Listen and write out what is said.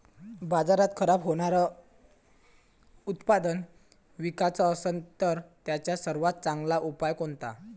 बाजारात खराब होनारं उत्पादन विकाच असन तर त्याचा सर्वात चांगला उपाव कोनता?